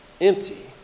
empty